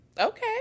okay